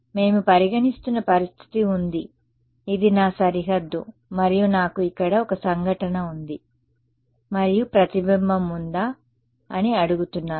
మేము పరిగణిస్తున్న పరిస్థితి ఉంది ఇది నా సరిహద్దు మరియు నాకు ఇక్కడ ఒక సంఘటన ఉంది మరియు ప్రతిబింబం ఉందా అని అడుగుతున్నాను